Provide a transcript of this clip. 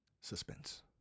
Suspense